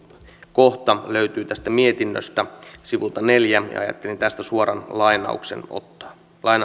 kohta löytyy tästä mietinnöstä sivulta neljännen ajattelin tästä suoran lainauksen ottaa